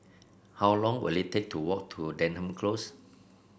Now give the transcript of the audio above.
how long will it take to walk to Denham Close